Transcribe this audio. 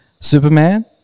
Superman